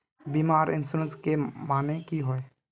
बीमा आर इंश्योरेंस के माने की होय?